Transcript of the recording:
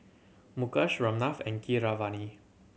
Mukesh Ramnath and Keeravani